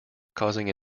causing